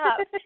up